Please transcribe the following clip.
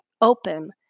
open